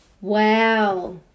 Wow